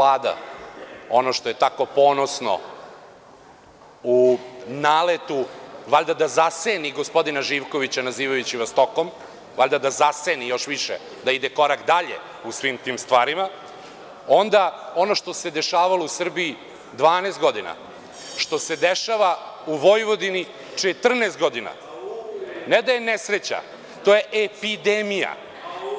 Gospodine Bečiću, ukoliko je ova Vlada ono što je tako ponosno u naletu valjda da zaseni gospodina Živkovića nazivajući vas „stokom“, valjda da zaseni još više da ide korak dalje u svim tim stvarima, onda ono što se dešavalo u Srbiji 12 godina, što se dešava u Vojvodini 14 godina, ,ne da je nesreća, to je epidemija,